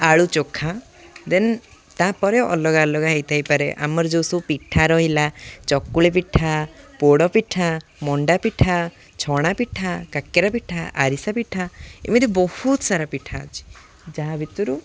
ଆଳୁ ଚୋଖା ଦେନ୍ ତା'ପରେ ଅଲଗା ଅଲଗା ହେଇ ଥାଇପାରେ ଆମର ଯେଉଁ ସବୁ ପିଠା ରହିଲା ଚକୁଳି ପିଠା ପୋଡ଼ ପିଠା ମଣ୍ଡା ପିଠା ଛଣା ପିଠା କାକରା ପିଠା ଆରିସା ପିଠା ଏମିତି ବହୁତ ସାରା ପିଠା ଅଛି ଯାହା ଭିତରୁ